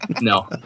No